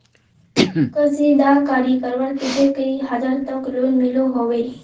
कशीदाकारी करवार केते कई हजार तक लोन मिलोहो होबे?